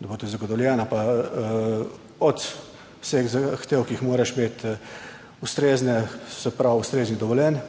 da bo tudi zagotovljena, pa od vseh zahtev, ki jih moraš imeti, ustrezne, se